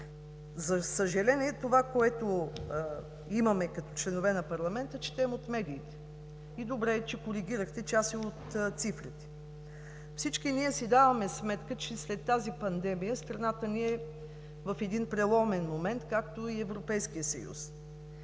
За съжаление, това, което имаме като членове на парламента, го четем от медиите. Добре е, че коригирахте и част от цифрите. Всички ние си даваме сметка, че след тази пандемия страната ни е в преломен момент, както и Европейският съюз